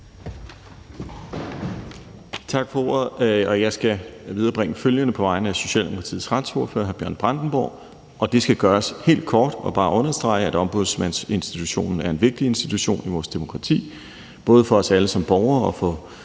Tak for ordet. Jeg skal viderebringe følgende på vegne af Socialdemokratiets retsordfører, hr. Bjørn Brandenborg, og det skal gøres helt kort: Det skal understreges, at ombudsmandsinstitutionen er en vigtig institution i vores demokrati både for os alle som borgere og for